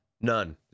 none